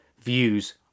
views